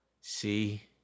see